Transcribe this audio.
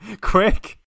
quick